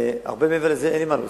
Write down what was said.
הרבה מעבר לזה אין מה להוסיף.